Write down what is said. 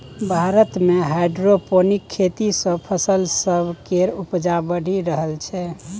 भारत मे हाइड्रोपोनिक खेती सँ फसल सब केर उपजा बढ़ि रहल छै